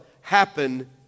happen